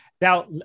Now